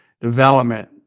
development